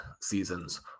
seasons